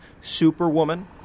Superwoman